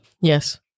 Yes